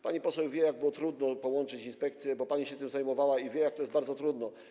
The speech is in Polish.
Pani poseł wie, jak było trudno połączyć inspekcje, bo pani się tym zajmowała, jak bardzo jest to trudne.